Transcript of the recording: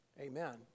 Amen